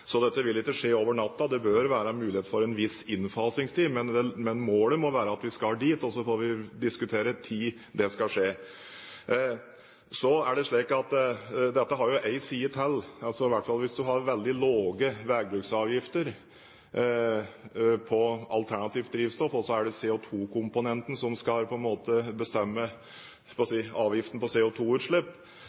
Så vil det jo i en periode være slik at det er ulike veibruksavgifter, noen vil være unntatt, og andre kan ha en viss veibruksavgift. Dette vil ikke skje over natta. Det bør være mulighet for en viss innfasingstid, men målet må være at vi skal dit, og så får vi diskutere når det skal skje. Så er det slik at dette har en side til, i hvert fall hvis en har veldig lave veibruksavgifter på alternativt drivstoff, og så er det CO2-komponenten som